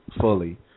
fully